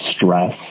stress